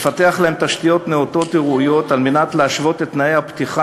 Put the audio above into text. לפתח להם תשתיות נאותות וראויות כדי להשוות את תנאי הפתיחה